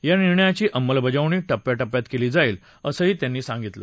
या निर्णयाची अमंलबजावणी टप्प्या टप्प्यात केली जाईल असंही त्यांनी सांगितलं